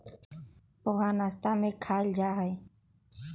पोहा नाश्ता में खायल जाहई